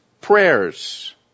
prayers